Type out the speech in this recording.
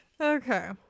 Okay